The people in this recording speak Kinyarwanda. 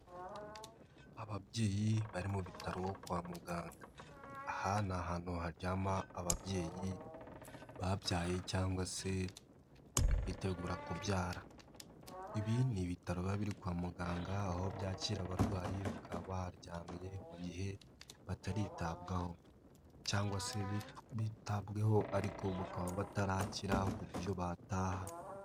Ababyeyi bari mu bitaro kwa muganga, aha ni ahantu haryama ababyeyi babyaye cyangwa se bitegura kubyara, ibi ni ibitaroba biri kwa muganga aho byakira abarwayi bakaba baryamye mu gihe bataritabwaho cyangwa se bitabweho ariko bakaba batarakira ku buryo bataha.